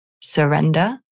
surrender